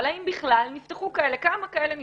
אבל האם בכלל נפתחו כאלה, כמה כאלה נפתחו.